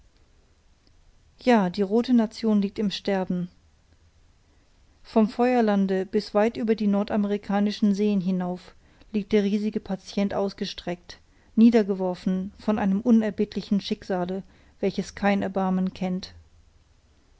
ja die rote nation liegt im sterben vom feuerlande bis weit über die nordamerikanischen seen hinauf liegt der riesige patient ausgestreckt niedergeworfen von einem unerbittlichen schicksale welches kein erbarmen kennt